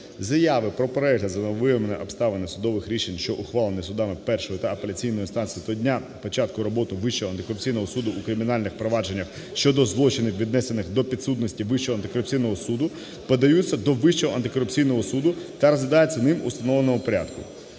Заяви про перегляд за новими обставинами судових рішень, що ухвалені судами першої та апеляційної інстанції до дня початку роботи Вищого антикорупційного суду у кримінальних провадженнях щодо злочинів, віднесених до підсудності Вищого антикорупційного суду, подаються до Вищого антикорупційного суду та розглядаються ним в установленому порядку".